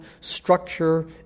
structure